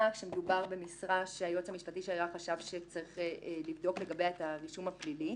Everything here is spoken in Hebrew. כשמדובר במשרה שהיועץ המשפטי חשב שצריך לבדוק לגביה את הרישום הפלילי.